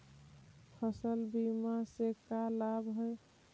फसल बीमा से का लाभ है?